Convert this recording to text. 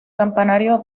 campanario